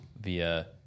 via